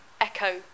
echo